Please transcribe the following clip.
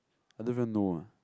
I don't even know ah